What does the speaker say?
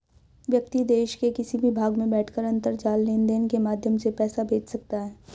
व्यक्ति देश के किसी भी भाग में बैठकर अंतरजाल लेनदेन के माध्यम से पैसा भेज सकता है